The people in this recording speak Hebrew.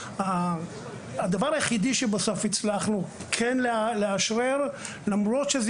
הדבר היחידי שבסוף הצלחנו כן לאשרר למרות שזה